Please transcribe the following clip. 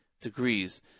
degrees